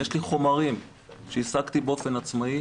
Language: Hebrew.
יש לי חומרים שהשגתי באופן עצמאי,